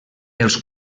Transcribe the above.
els